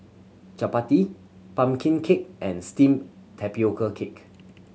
chappati pumpkin cake and steamed tapioca cake